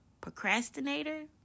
procrastinator